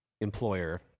employer